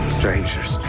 strangers